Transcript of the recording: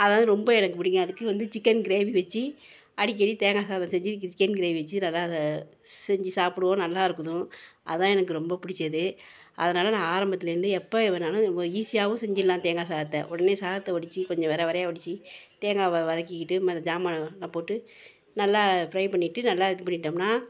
அதாவது ரொம்ப எனக்கு பிடிக்கும் அதுக்கு வந்து சிக்கன் கிரேவி வச்சு அடிக்கடி தேங்காய் சாதம் செஞ்சு சிக்கன் கிரேவி வச்சு நல்லா அதை செஞ்சு சாப்பிடுவோம் நல்லா இருக்கும் அதான் எனக்கு ரொம்பப் பிடிச்சது அதனால் நான் ஆரம்பத்திலேருந்தே எப்போ வேணாலும் ஈஸியாகவும் செஞ்சிடலாம் தேங்காய் சாதத்தை உடனே சாதத்தை வடித்து கொஞ்சம் விரை விரையா வடித்து தேங்காவை வதக்கிட்டு மற்ற சாமானைப் போட்டு நல்லா ஃப்ரை பண்ணிவிட்டு நல்லா இது பண்ணிட்டோம்னா